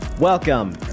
Welcome